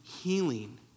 healing